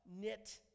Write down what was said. Knit